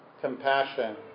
compassion